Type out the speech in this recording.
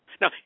Now